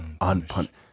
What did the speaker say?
unpunished